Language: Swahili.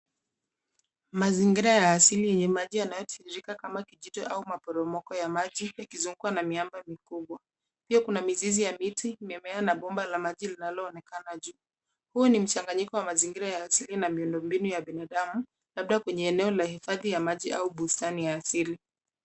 Mazingira ya asili yenye maji yanayotiririka kama kijito au maporomoko ya maji yakizungukwa na miamba mikubwa. Pia kuna mizizi ya miti, mimea, na bomba la maji linaloonekana juu. Huu ni mchanganyiko wa mazingira ya asili na miundo mbinu ya binadamu, labda kwenye eneo la hifadhi ya maji au bustani ya asili.